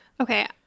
Okay